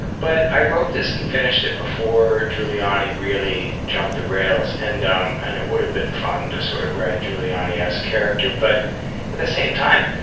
but i wrote this and finished it before giuliani really jumped the rails. and um and it would have been fun to sort of write a giuliani s character. but at the same time,